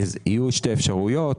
יהיו שתי אפשרויות,